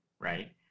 right